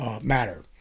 matter